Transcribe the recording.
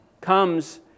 comes